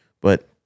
but-